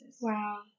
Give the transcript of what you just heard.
Wow